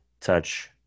touch